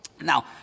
Now